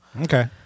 Okay